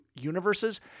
universes